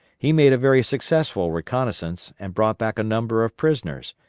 he made a very successful reconnoissance and brought back a number of prisoners,